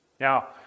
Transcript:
Now